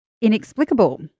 inexplicable